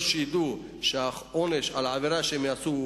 שידעו מראש מה העונש על העבירה שהם יעשו,